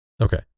Okay